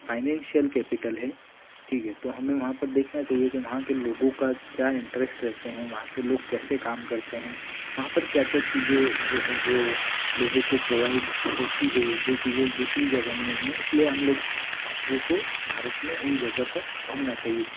financial capital है ठीक है तो हमें वहाँ पर देखना चाहिए कि वहाँ के लोगों का क्या इंट्रेस्ट रहते हैं वहाँ के लोग कैसे काम करते हैं वहाँ पर क्या क्या चीज़ें जो हैं वह लोगों को प्रोवाइड होती हैं जो चीज़ें दूसरी जगह में नहीं हैं इसलिए हम लोगों को भारत में इन जगहों पर घूमना चाहिए